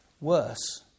Worse